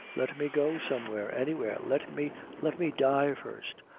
let me go somewhere any where let me let me die first.